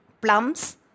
Plums